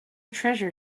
treasure